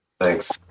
Thanks